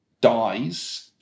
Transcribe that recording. dies